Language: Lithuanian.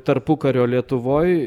tarpukario lietuvoj